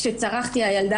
כשצרחתי "הילדה,